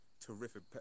Terrific